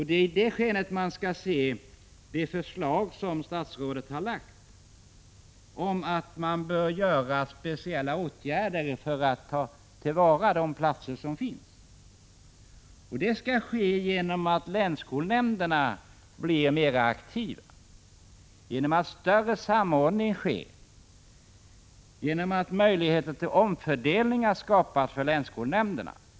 Det är från den utgångspunkten vi skall se det av statsrådet framlagda förslaget om att man skall vidta speciella åtgärder för att ta till vara de platser som finns. Det skall ske genom att länsskolnämnderna blir mer aktiva, genom att samordning sker i större utsträckning, genom att länsskolnämnderna får större möjligheter till omfördelningar.